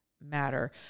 matter